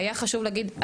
היה חשוב להגיד.